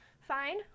fine